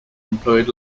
employed